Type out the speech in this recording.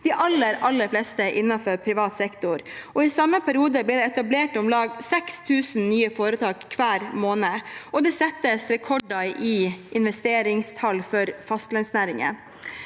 aller fleste innenfor privat sektor. I samme periode ble det etablert om lag 6 000 nye foretak hver måned, og det settes rekorder i investeringstall for fastlandsnæringene.